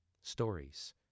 stories